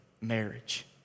Marriage